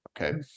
Okay